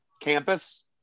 Campus